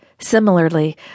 Similarly